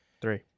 Three